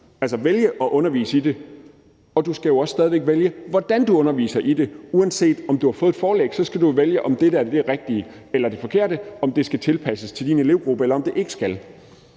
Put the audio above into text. væk vælge at undervise i det, og du skal også stadig væk vælge, hvordan du underviser i det. Uanset om du har fået et forlæg, skal du jo vælge, om det er det rigtige eller det forkerte, og om det skal tilpasses din elevgruppe, eller om det ikke skal.